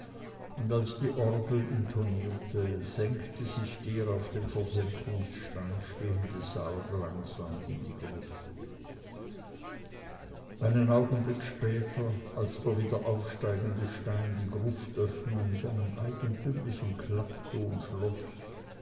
und als die orgel intonierte senkte sich der auf dem versenkungsstein stehende sarg langsam in die gruft einen augenblick später als der wiederaufsteigende stein die gruftöffnung mit einem eigentümlichen klappton schloß